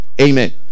amen